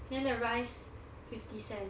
then the rice fifty cents